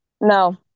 no